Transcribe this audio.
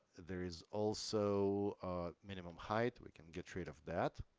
there is also minimum height. we can get rid of that.